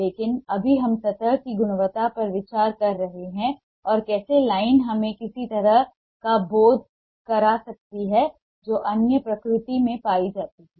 लेकिन अभी हम सतह की गुणवत्ता पर विचार कर रहे हैं और कैसे लाइन हमें किसी सतह का बोध करा सकती है जो अन्यथा प्रकृति में पाई जाती है